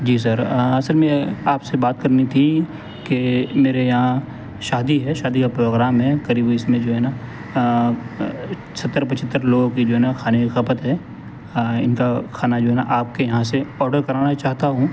جی sir اصل میں آپ سے بات کرنی تھی کہ میرے یہاں شادی ہے شادی کا پروگرام ہے قریب اس میں جو ہے نا چھہتر پچہتر لوگوں کی جو نا کھانے کی کھپت ہے ان کا کھانا جو ہے نا آپ کے یہاں سے آڈر کرانا چاہتا ہوں